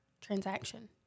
transaction